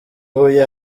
huye